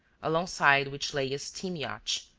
alongside which lay a steam-yacht,